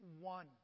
one